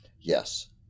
Yes